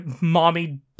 Mommy